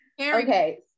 Okay